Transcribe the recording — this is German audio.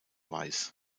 weiß